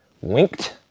Winked